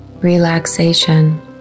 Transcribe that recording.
relaxation